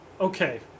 okay